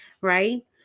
Right